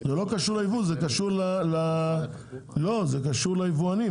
זה קשור ליבואנים.